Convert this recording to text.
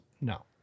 no